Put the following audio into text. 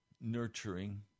nurturing